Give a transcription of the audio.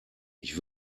ich